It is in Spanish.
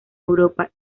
europa